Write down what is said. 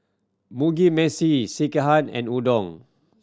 Mugi Meshi Sekihan and Udon